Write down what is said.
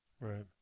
Right